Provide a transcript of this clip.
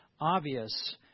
obvious